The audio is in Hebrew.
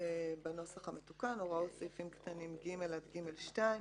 בנוסח המתוקן: "הוראות סעיפים קטנים (ג) עד (ג2)